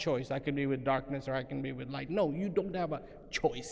choice i can be with darkness or i can be with might no you don't have a choice